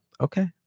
Okay